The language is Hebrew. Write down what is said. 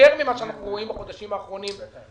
אם אנחנו מדברים, תגיד לי מה הסיפור.